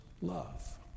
love